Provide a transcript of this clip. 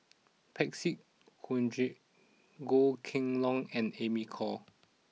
Parsick Joaquim Goh Kheng Long and Amy Khor